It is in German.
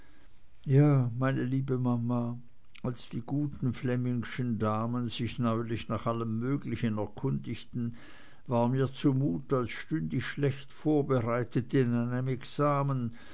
ja meine liebe mama als die guten flemmingschen damen sich neulich nach allem möglichen erkundigten war mir zumut als stünde ich schlecht vorbereitet in einem examen